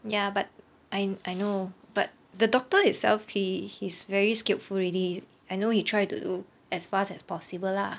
ya but I I know but the doctor itself he he's very skillful already I know he tried to do as fast as possible lah